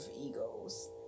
egos